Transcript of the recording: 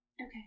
Okay